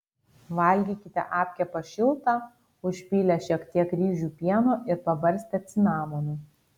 valgykite apkepą šiltą užpylę šiek tiek ryžių pieno ir pabarstę cinamonu